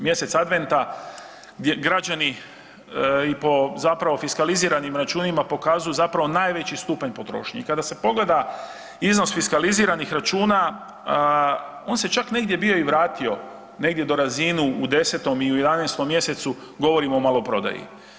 Mjesec Adventa gdje građani i po zapravo i po fiskaliziranim računima pokazuju zapravo najveći stupanj potrošnje i kada se pogleda iznos fiskaliziranih računa, on se čak negdje bio i vratio negdje do razinu, u 10. i 11. mj., govorim o maloprodaji.